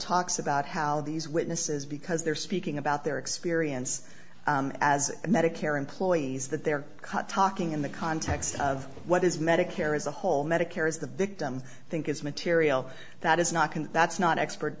talks about how these witnesses because they're speaking about their experience as medicare employees that they're cut talking in the context of what is medicare as a whole medicare is the victim think is material that is not going to that's not expert